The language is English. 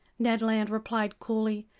ned land replied coolly.